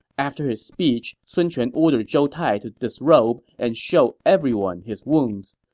after his speech, sun quan ordered zhou tai to disrobe and show everyone his wounds.